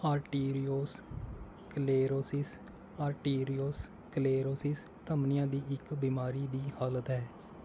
arteriosclerosis arteriosclerosis ਧਮਨੀਆਂ ਦੀ ਇੱਕ ਬਿਮਾਰੀ ਦੀ ਹਾਲਤ ਹੈ